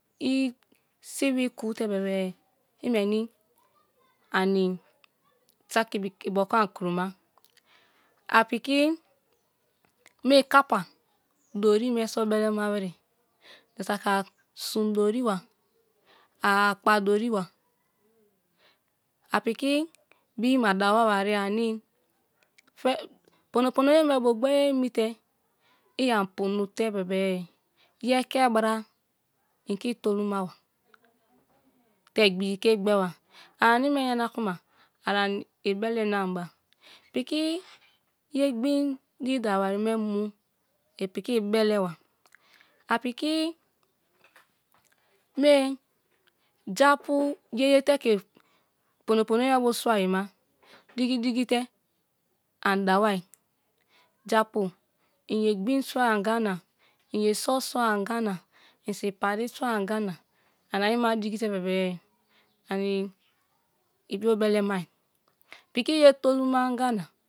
I sibi ku te be̱be̱ ime ni anni saki piki ibioku ani kmo a, apiki mie kapa dori me so belema wirè ja saki a sun dori ba, a apka dori ba, a piki bime a dawa wariè ane̱ pono pono ye me bu gberièemi te̱ i ani pono te bebe ye eke bra inke itolu maba te igbigi ke igbe ba. A ane me yana kuma ibele lamba, piki ye gbin diri dawa wari me mu epiki ibele wa a piki mie ja pu ye ye te ke pono pono ye me bu sua ayi ma digi digi te ani dawai, ja pu inye gbin suai anga na in so suai anga wa in sibi pari sua anya na ana ayi ma digi te be̱be̱ ani ibiobele mai. Piki ye tolu ma anya na.